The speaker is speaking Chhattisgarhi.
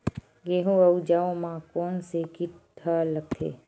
गेहूं अउ जौ मा कोन से कीट हा लगथे?